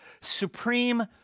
supreme